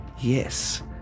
Yes